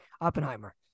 Oppenheimer